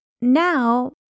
Now